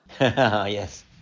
yes